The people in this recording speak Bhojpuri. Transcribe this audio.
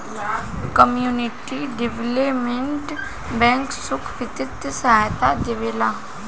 कम्युनिटी डेवलपमेंट बैंक सुख बित्तीय सहायता देवेला